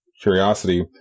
curiosity